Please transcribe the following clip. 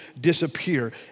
disappear